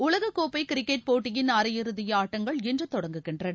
உலகக்கோப்பை கிரிக்கெட் போட்டியின் அரையிறுதி ஆட்டங்கள் இன்று தொடங்குகின்றன